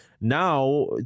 Now